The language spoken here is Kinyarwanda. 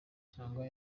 cyangwa